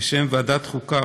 בשם ועדת החוקה,